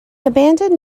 abandoned